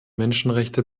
menschenrechte